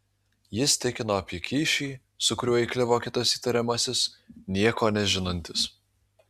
jis tikino apie kyšį su kuriuo įkliuvo kitas įtariamasis nieko nežinantis